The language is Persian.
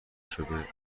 شده